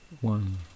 one